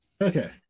Okay